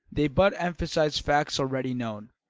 they but emphasised facts already known,